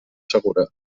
segura